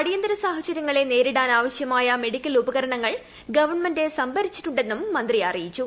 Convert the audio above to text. അടിയന്തര സാഹചരൃങ്ങളെ നേരിടാനാവശൃമായ മെഡിക്കൽ ഉപകരണങ്ങൾ ഗവൺമെന്റ് സംഭരിച്ചിട്ടുണ്ടെന്നും മന്ത്രി അറിയിച്ചു